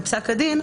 בפסק הדין,